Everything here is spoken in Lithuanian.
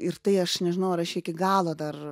ir tai aš nežinau ar aš jį iki galo dar